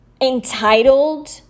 entitled